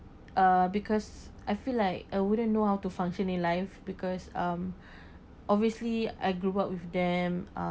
uh because I feel like I wouldn't know how to function in life because um obviously I grew up with them